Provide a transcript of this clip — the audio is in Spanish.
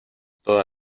toda